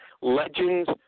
Legends